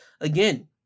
Again